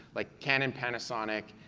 like canon, panasonic,